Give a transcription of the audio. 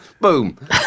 Boom